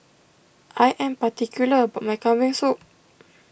I am particular about my Kambing Soup